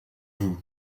vous